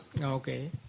Okay